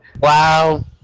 Wow